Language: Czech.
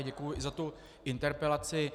Děkuji za tu interpelaci.